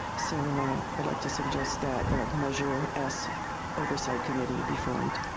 so i'd like to suggest that a measure s oversight committee be formed.